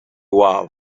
wabo